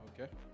Okay